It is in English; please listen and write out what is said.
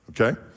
okay